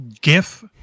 GIF